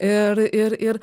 ir ir ir